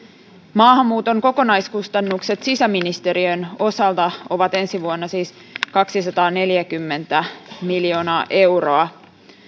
maahanmuuton kokonaiskustannukset sisäministeriön osalta ovat ensi vuonna siis kaksisataaneljäkymmentä miljoonaa euroa